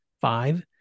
Five